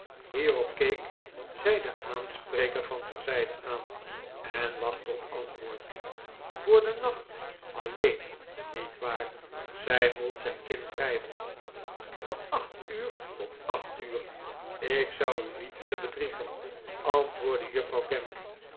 hierop keek zij den aanspreker van terzijde aan en wachtte op antwoord voor den nacht alleen niet waar zei mould zijn kin wrijvend van acht uur tot acht uur ik zou u niet willen bedriegen antwoordde juffrouw gamp